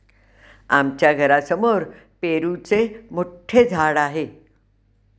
आमच्या घरासमोर पेरूचे मोठे झाड आहे